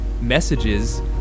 messages